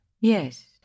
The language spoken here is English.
Yes